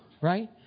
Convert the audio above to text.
right